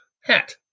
hat